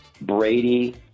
Brady